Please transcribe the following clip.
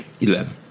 Eleven